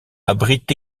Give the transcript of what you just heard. abritent